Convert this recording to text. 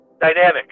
Dynamic